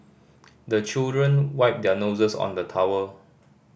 the children wipe their noses on the towel